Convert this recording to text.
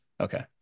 Okay